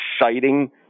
exciting